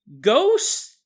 ghosts